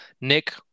Nick